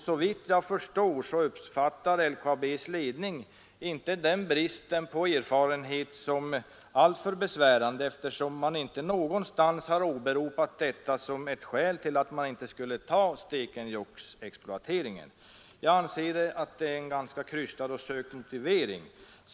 Såvitt jag förstår uppfattar LKAB:s ledning inte bristen på erfarenhet på detta område som alltför besvärande, eftersom man inte någonstans har åberopat detta som ett skäl till att man inte skulle åta sig Stekenjokkexploateringen. Jag anser att motiveringen i detta avseende är ganska krystad.